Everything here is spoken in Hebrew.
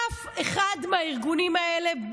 אף אחד מהארגונים האלה,